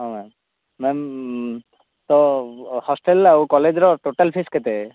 ହଁ ma'am ma'am ତ hostel ଆଉ କଲେଜ୍ର ଟୋଟାଲ୍ ଫିସ୍ କେତେ